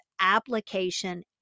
application